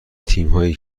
تیمهایی